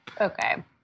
okay